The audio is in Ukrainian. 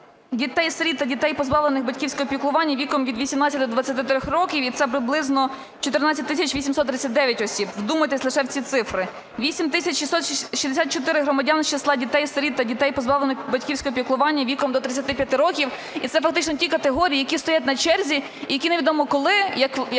дітей-сиріт та дітей, позбавлених батьківського піклування, віком від 18 до 23 років, і це приблизно 14 тисяч 839 осіб. Вдумайтесь лише в ці цифри. 8 тисяч 664 – громадяни з числа дітей-сиріт та дітей, позбавлених батьківського піклування, віком до 35 років. І це фактично ті категорії, які стоять на черзі, які невідомо коли, як